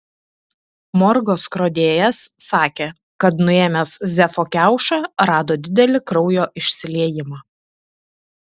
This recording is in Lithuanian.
morgo skrodėjas sakė kad nuėmęs zefo kiaušą rado didelį kraujo išsiliejimą